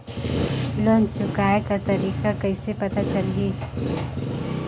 Loan चुकाय कर तारीक कइसे पता चलही?